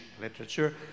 literature